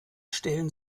stellten